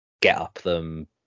get-up-them